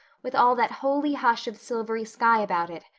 with all that holy hush of silvery sky about it.